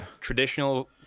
traditional